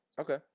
Okay